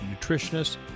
nutritionists